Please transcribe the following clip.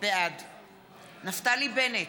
בעד נפתלי בנט,